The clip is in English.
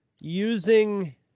using